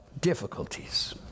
difficulties